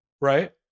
right